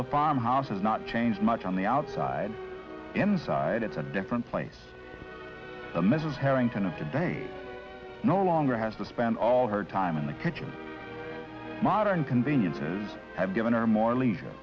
the farmhouse has not changed much on the outside inside at the different place a mrs harrington of today no longer has to spend all her time in the kitchen modern conveniences have given her more leisure